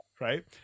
right